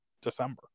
December